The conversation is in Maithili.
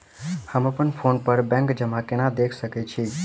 हम अप्पन फोन पर बैंक जमा केना देख सकै छी?